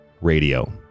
radio